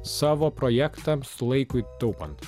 savo projektams laikui taupant